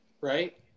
Right